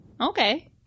Okay